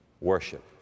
worship